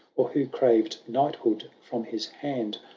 or who craved knighthood from his hand.